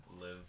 live